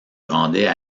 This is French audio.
rendait